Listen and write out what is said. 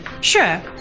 sure